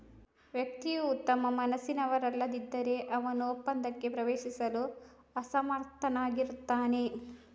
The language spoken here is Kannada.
ವ್ಯಕ್ತಿಯು ಉತ್ತಮ ಮನಸ್ಸಿನವರಲ್ಲದಿದ್ದರೆ, ಅವನು ಒಪ್ಪಂದಕ್ಕೆ ಪ್ರವೇಶಿಸಲು ಅಸಮರ್ಥನಾಗಿರುತ್ತಾನೆ